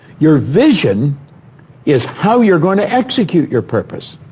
your vision is how you're going to execute your purpose.